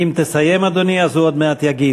אדוני, אם תסיים, אז הוא עוד מעט יגיד.